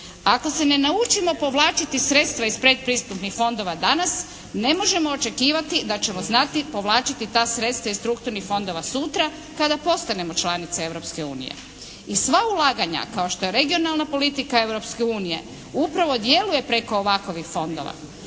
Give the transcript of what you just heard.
Ako se ne naučimo povlačiti sredstva iz predpristupnih fondova danas, ne možemo očekivati da ćemo znati povlačiti ta sredstva iz strukturnih fondova sutra, kada postanemo članica Europske unije. I sva ulaganja kao što je regionalna politika Europske unije upravo djeluje preko ovakovih fondova.